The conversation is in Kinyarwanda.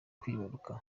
kwibaruka